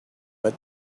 but